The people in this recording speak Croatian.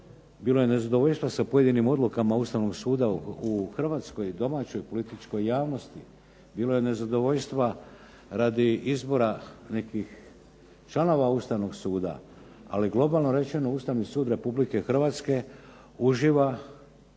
Bilo je nezadovoljstvo sa pojedinim odlukama Ustavnog suda u Hrvatskoj i domaćoj političkoj javnosti, bilo je nezadovoljstva radi izbora nekih članova Ustavnog suda, ali globalno rečeno Ustavni sud Republike Hrvatske uživa